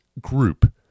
group